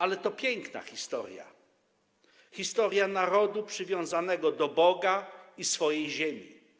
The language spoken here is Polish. Ale to piękna historia, historia narodu przywiązanego do Boga i swojej ziemi.